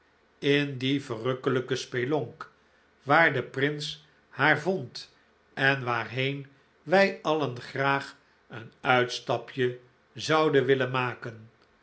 in die verrukkelijke spelonk waar de prins haar vond en waarheen wij alien graag een uitstapje zouden willen maken